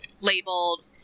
labeled